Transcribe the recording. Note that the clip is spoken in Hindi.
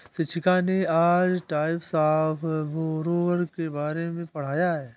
शिक्षिका ने आज टाइप्स ऑफ़ बोरोवर के बारे में पढ़ाया है